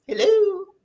Hello